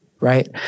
right